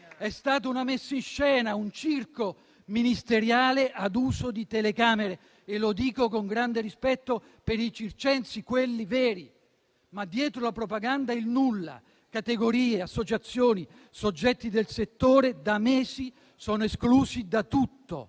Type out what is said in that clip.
È stata una messa in scena, un circo ministeriale ad uso di telecamere e lo dico con grande rispetto per i circensi, quelli veri. Dietro la propaganda, il nulla; categorie, associazioni, soggetti del settore da mesi sono esclusi da tutto.